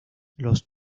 los